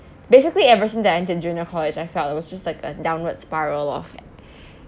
basically ever since I entered junior college I felt it was just like a downward spiral of